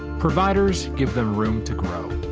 providers give them room to grow.